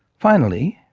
finally,